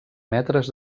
metres